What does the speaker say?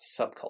subculture